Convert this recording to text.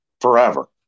forever